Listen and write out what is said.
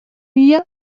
wie